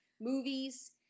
movies